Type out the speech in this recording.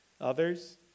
others